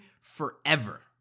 forever